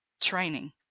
training